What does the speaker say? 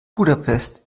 budapest